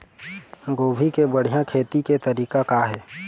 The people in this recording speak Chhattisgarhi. गोभी के बढ़िया खेती के तरीका का हे?